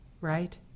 right